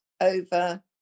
over